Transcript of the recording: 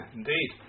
indeed